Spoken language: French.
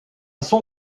son